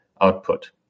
output